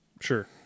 Sure